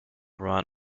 ran